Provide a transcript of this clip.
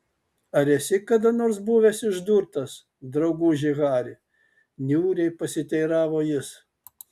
ar esi kada nors buvęs išdurtas drauguži hari niūriai pasiteiravo jis